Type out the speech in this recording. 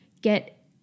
get